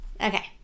Okay